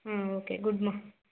okay good అమ్మ